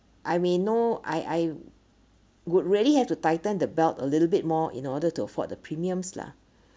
I may know I I would really have to tighten the belt a little bit more in order to afford the premiums lah